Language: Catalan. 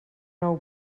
nou